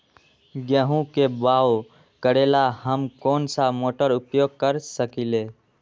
गेंहू के बाओ करेला हम कौन सा मोटर उपयोग कर सकींले?